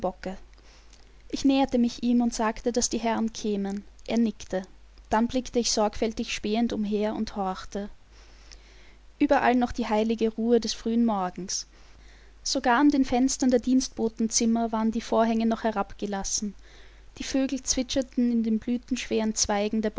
ich näherte mich ihm und sagte daß die herren kämen er nickte dann blickte ich sorgfältig spähend umher und horchte überall noch die heilige ruhe des frühen morgens sogar an den fenstern der dienstbotenzimmer waren die vorhänge noch herabgelassen die vögel zwitscherten in den blütenschweren zweigen der